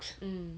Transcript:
mm